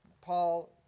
Paul